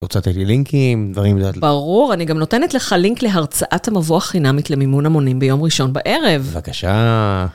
הוצאתי לי לינקים, דברים לדעת. ברור, אני גם נותנת לך לינק להרצאת המבוא החינמית למימון המונים ביום ראשון בערב. בבקשה.